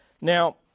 Now